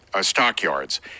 stockyards